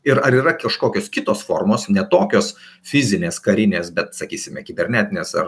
ir ar yra kažkokios kitos formos ne tokios fizinės karinės bet sakysime kibernetines ar